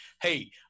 hey